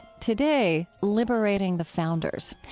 today, liberating the founders.